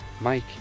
Mike